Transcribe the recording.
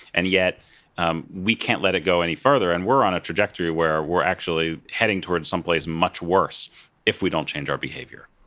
and yet um we can't let it go any further, and we're on a trajectory where we're actually heading towards someplace much worse if we don't change our behavior.